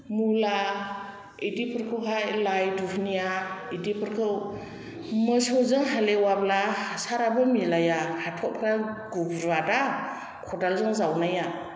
मुला बिदिफोरखौहाय लाय धुनिया बिदिफोरखौ मोसौजों हाले एवाब्ला हासाराबो मिलाया हाथरफ्रा गुब्रुआदा खदालजों जावनाया